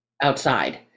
outside